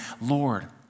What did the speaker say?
Lord